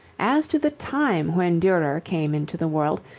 as to the time when durer came into the world,